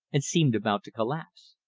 and seemed about to collapse.